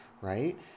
Right